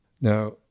Now